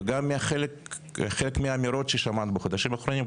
וגם חלק מהאמירות ששמענו בחודשים האחרונים,